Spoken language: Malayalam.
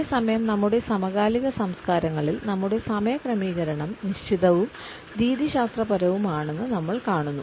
അതേ സമയം നമ്മുടെ സമകാലിക സംസ്കാരങ്ങളിൽ നമ്മുടെ സമയ ക്രമീകരണം നിശ്ചിതവും രീതിശാസ്ത്രപരവുമാണെന്ന് നമ്മൾ കാണുന്നു